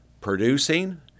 producing